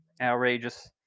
Outrageous